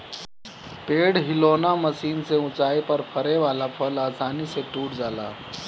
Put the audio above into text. पेड़ हिलौना मशीन से ऊंचाई पर फरे वाला फल आसानी से टूट जाला